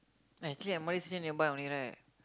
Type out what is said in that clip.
eh actually M_R_T station nearby only right